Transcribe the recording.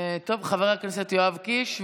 חבר הכנסת יואב קיש,